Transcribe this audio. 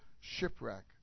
shipwreck